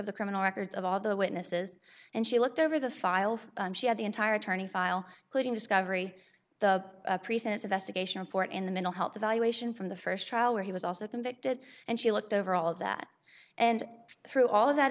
at the criminal records of all the witnesses and she looked over the files she had the entire attorney file putting discovery the presence of estimation report in the mental health evaluation from the st trial where he was also convicted and she looked over all that and threw all of that